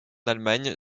allemagne